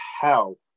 hell